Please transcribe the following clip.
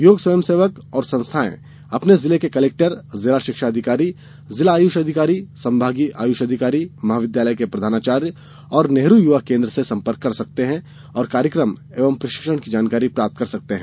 योग स्वयंसेवक और संस्थाएँ अपने जिले के कलेक्टर जिला शिक्षाधिकारी जिला आयुष अधिकारी संभागीय आयुष अधिकारी महाविद्यालय के प्रधानाचार्य नेहरू युवा केन्द्र से सम्पर्क कर कार्यक्रम एवं प्रशिक्षण की जानकारी प्राप्त कर सकते हैं